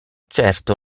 certo